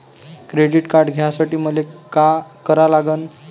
Credit card घ्यासाठी मले का करा लागन?